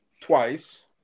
twice